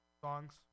songs